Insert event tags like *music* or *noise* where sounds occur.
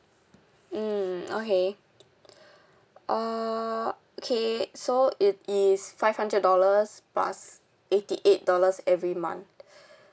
hmm okay uh okay so it is five hundred dollars plus eighty eight dollars every month *breath*